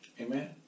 Amen